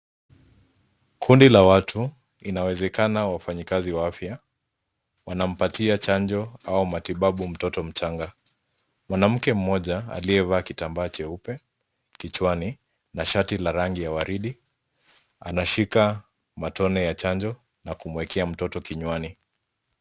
Kundi la watu inawezekana wafanyikazi wa afya wanampatia chanjo au matibabu mtoto mchanga. Mwanamke mmoja aliyevaa kitambaa cheupe kichwani, na shati la rangi ya waridi anashika matone ya chanjo na kumwekea mtoto kinywani.